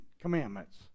commandments